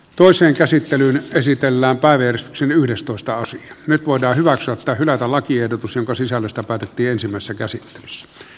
toiseen käsittelyyn esitellään päävieras yhdestoista osa nyt voidaan hyväksyä tai hylätä lakiehdotus jonka sisällöstä päätettiin ensimmäisessä käsittelyssä